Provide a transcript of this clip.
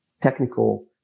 technical